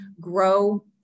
grow